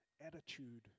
attitude